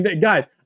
guys